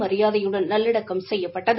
மரியாதையுடன் நல்லடக்கம் செய்யப்பட்டது